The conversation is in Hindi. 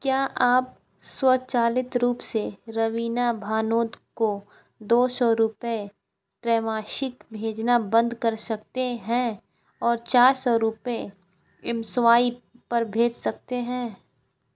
क्या आप स्वचालित रूप से रवीना भानोद को दो सौ रुपे त्रैमासिक भेजना बंद कर सकते हैं और चार सौ रुपये एमस्वाइप पर भेज सकते हैं